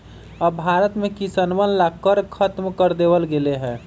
अब भारत में किसनवन ला कर खत्म कर देवल गेले है